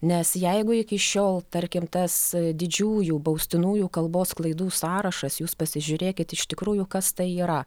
nes jeigu iki šiol tarkim tas didžiųjų baustinųjų kalbos klaidų sąrašas jūs pasižiūrėkit iš tikrųjų kas tai yra